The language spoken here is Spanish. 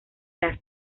las